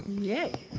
yay.